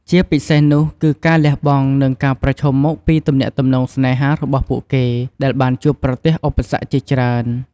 ជាពិសេសនោះគឺការលះបង់ និងការប្រឈមមុខពីទំនាក់ទំនងស្នេហារបស់ពួកគេដែលបានជួបប្រទះឧបសគ្គជាច្រើន ។